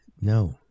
no